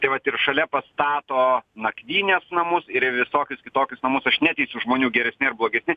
tai vat ir šalia pastato nakvynės namus ir visokius kitokius namus aš neteisiu žmonių geresni ar blogesni